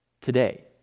today